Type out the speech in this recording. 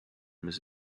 miss